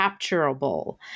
capturable